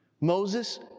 Moses